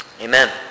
Amen